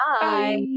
Bye